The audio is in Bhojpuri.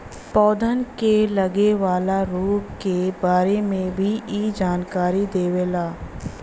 पौधन के लगे वाला रोग के बारे में भी इ जानकारी देवला